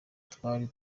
twari